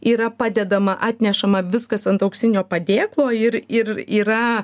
yra padedama atnešama viskas ant auksinio padėklo ir ir yra